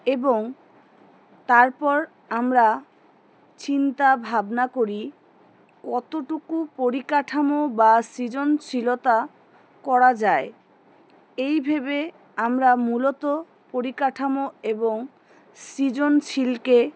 এবং তারপর আমরা চিন্তা ভাবনা করি কতটুকু পরিকাঠামো বা সৃজনশীলতা করা যায় এইভেবে আমরা মূলত পরিকাঠামো এবং সৃজনশীলকে